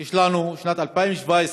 יש לנו, בשנת 2017,